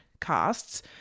casts